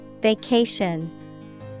Vacation